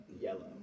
yellow